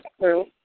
true